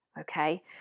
okay